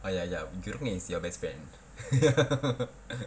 ah ya ya wincuvin is your best friend